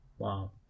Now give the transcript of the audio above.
Wow